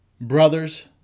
Brothers